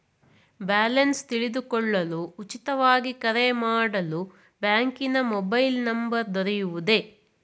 Balance ತಿಳಿದುಕೊಳ್ಳಲು ಉಚಿತವಾಗಿ ಕರೆ ಮಾಡಲು ಬ್ಯಾಂಕಿನ ಮೊಬೈಲ್ ನಂಬರ್ ದೊರೆಯುವುದೇ?